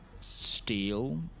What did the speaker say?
steel